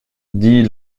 dit